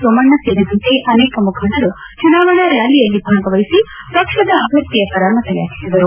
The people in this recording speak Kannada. ಸೋಮಣ್ಣ ಸೇರಿದಂತೆ ಅನೇಕ ಮುಖಂಡರು ಚುನಾವಣಾ ರ್ನಾಲಿಯಲ್ಲಿ ಭಾಗವಹಿಸಿ ಪಕ್ಷದ ಅಭ್ಯರ್ಥಿ ಪರ ಮತಯಾಚಿಸಿದರು